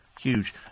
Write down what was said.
Huge